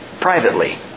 Privately